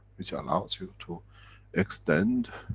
which allows you to extend,